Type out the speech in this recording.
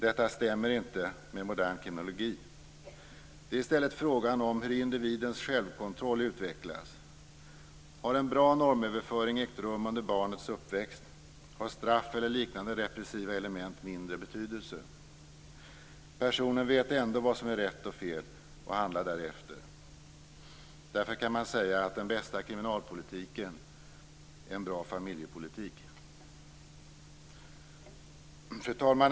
Detta stämmer inte med modern kriminologi. Det är i stället fråga om hur individens självkontroll utvecklas. Har en bra normöverföring ägt rum under barnets uppväxt, har straff eller liknande repressiva element mindre betydelse. Personen vet ändå vad som rätt och fel och handlar därefter. Därför kan man säga att den bästa kriminalpolitiken är en bra familjepolitik. Fru talman!